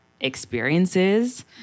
experiences